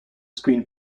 screen